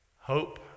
hope